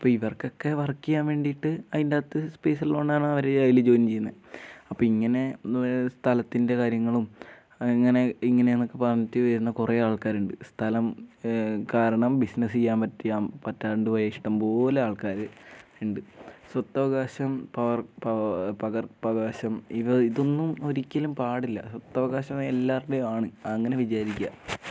അപ്പം ഇവർക്കൊക്കെ വർക്ക് ചെയ്യാൻ വേണ്ടിയിട്ട് അതിൻ്റകത്ത് സ്പെയ്സ് ഉള്ളതുണ്ടാണ് അവർ അതിൽ ജോയിൻ ചെയ്യുന്നത് അപ്പം ഇങ്ങനെ സ്ഥലത്തിൻ്റെ കാര്യങ്ങളും അങ്ങനെ ഇങ്ങനെ എന്നൊക്കെ പറഞ്ഞിട്ട് വരുന്ന കുറേ ആൾക്കാരുണ്ട് സ്ഥലം കാരണം ബിസിനസ്സ് ചെയ്യാൻ പറ്റിയ പറ്റാണ്ട് പോയ ഇഷ്ടംപോലെ ആൾക്കാരുണ്ട് സ്വത്തവകാശം പകർപ്പവകാശം ഇവ ഇതൊന്നും ഒരിക്കലും പാടില്ല സ്വത്തവകാശം എല്ലാവരുടെയും ആണ് അങ്ങനെ വിചാരിക്കുക